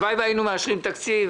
הלוואי והיינו מאשרים תקציב,